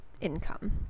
income